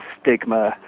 stigma